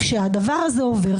כשהדבר הזה עובר,